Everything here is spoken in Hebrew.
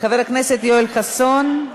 חבר הכנסת יואל חסון.